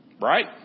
Right